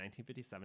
1957